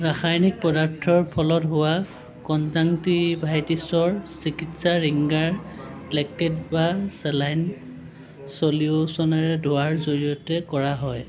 ৰাসায়নিক পদাৰ্থৰ ফলত হোৱা কনজাংটিভাইটিছৰ চিকিৎসা ৰিংগাৰ লেক্টেট বা চেলাইন ছলিউচনেৰে ধোৱাৰ জৰিয়তে কৰা হয়